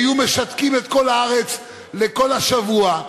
היו משתקים את כל הארץ לכל השבוע.